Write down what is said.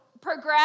progress